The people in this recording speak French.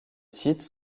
site